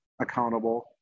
accountable